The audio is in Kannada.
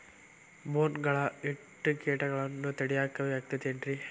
ಬೋನ್ ಗಳನ್ನ ಇಟ್ಟ ಕೇಟಗಳನ್ನು ತಡಿಯಾಕ್ ಆಕ್ಕೇತೇನ್ರಿ?